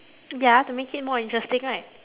ya to make it more interesting right